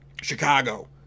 Chicago